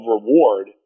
reward